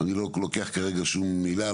אני לא לוקח כרגע שום מילה,